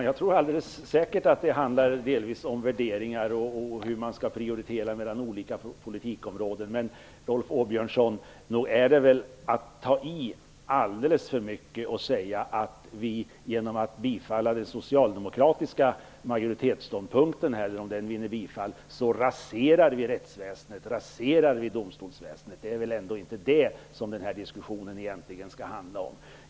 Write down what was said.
Fru talman! Jag tror säkert att det handlar om värderingar och hur man skall prioritera mellan olika områden inom politiken. Men nog är det väl att ta i alldeles för mycket att säga att man genom att bifalla det socialdemokratiska förslaget raserar rättsväsendet och domstolsväsendet. Det är väl ändå inte det som den här diskussionen egentligen skall handla om.